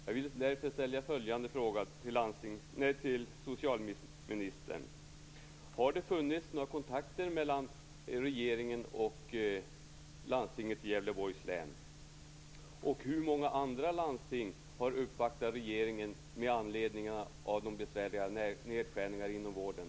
Jag vill därför ställa följande fråga till socialministern: Har det funnits några kontakter mellan regeringen och landstinget i Gävleborgs län, och hur många andra landsting har uppvaktat regeringen med anledning av de besvärliga nedskärningarna inom vården?